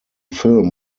film